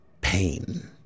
pain